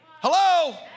Hello